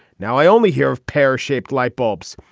now i only hear of pear shaped light bulbs.